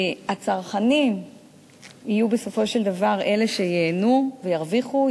הצרכנים יהיו בסופו של דבר אלה שייהנו וירוויחו,